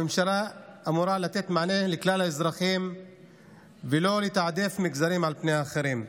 הממשלה אמורה לתת מענה לכלל האזרחים ולא לתעדף מגזרים על פני אחרים.